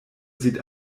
sieht